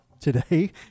today